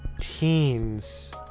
teens